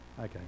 Okay